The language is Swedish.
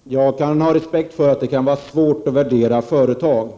Fru talman! Jag kan ha respekt för att det kan vara svårt att värdera företag.